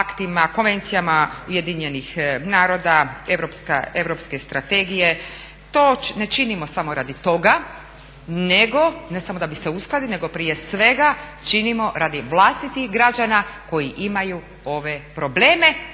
konvencijama UN-a, Europske strategije to ne činimo samo radi toga da bi se uskladili nego prije svega činimo radi vlastitih građana koji imaju ove probleme